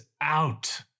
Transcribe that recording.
out